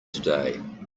today